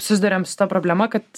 susiduriam su ta problema kad